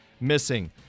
missing